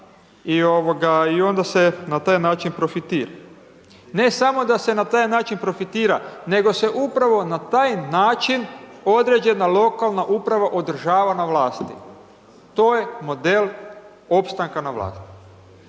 i onda se na taj način profitira. Ne samo da se na taj način profitira, nego se upravo na taj način određena lokalna uprava održava na vlasti, to je model opstanka na vlasti.